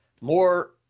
more –